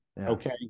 Okay